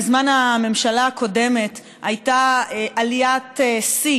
בזמן הממשלה הקודמת הייתה עליית שיא